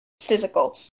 physical